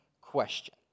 question